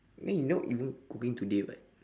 then you not even cooking today [what]